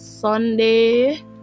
Sunday